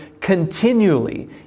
continually